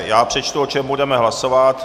Já přečtu, o čem budeme hlasovat.